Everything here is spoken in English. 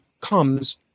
comes